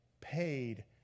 paid